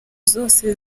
zose